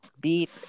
beat